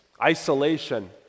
isolation